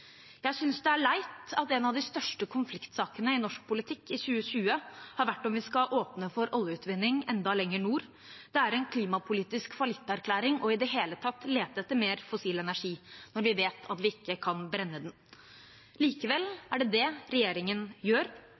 Jeg synes det er leit at en av de største konfliktsakene i norsk politikk i 2020 har vært om vi skal åpne for oljeutvinning enda lenger nord. Det er en klimapolitisk fallitterklæring i det hele tatt å lete etter mer fossil energi når vi vet at vi ikke kan brenne den. Likevel er det det regjeringen gjør.